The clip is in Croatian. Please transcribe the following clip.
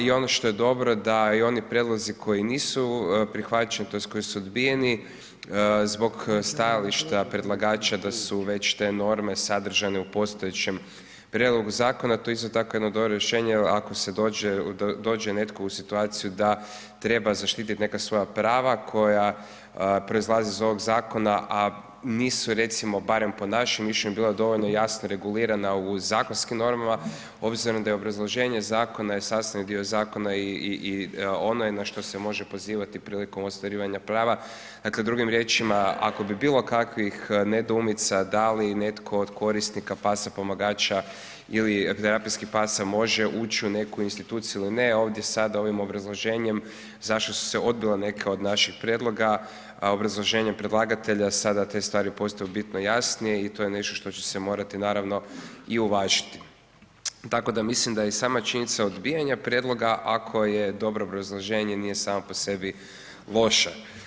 I ono što je dobro, da i oni prijedlozi koji nisu prihvaćeni tj. koji su odbijeni zbog stajališta predlagača da su već te norme sadržane u postojećem prijedlogu zakona, to je isti tako jedno dobro rješenje ako dođe netko u situaciju da treba zaštititi neka svoja prava koja proizlaze iz ovog zakona a nisu recimo barem po našem mišljenju bila dovoljno jasno regulirana u zakonskim normama obzirom da je obrazloženje zakona je sastavni dio zakona i ono je na što se može pozivati prilikom ostvarivanja prava, dakle drugim riječima ako bi bilo kakvih nedoumica da li netko od korisnika pasa pomagača ili terapijskih pasa može ući u neku instituciju ili ne, ovdje sada ovim obrazloženjem zašto su se odbila neka od naših prijedloga, obrazloženjem predlagatelja sada te stvari postaju bitno jasnije i to je nešto što će se morati naravno i uvažiti tako da mislim da i sama činjenica odbijanja prijedloga ako je dobro obrazloženje, nije samo po sebi loše.